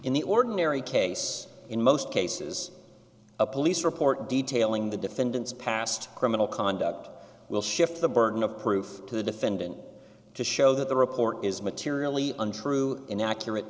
in the ordinary case in most cases a police report detailing the defendant's past criminal conduct will shift the burden of proof to the defendant to show that the report is materially untrue inaccurate